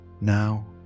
Now